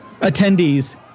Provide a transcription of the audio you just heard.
attendees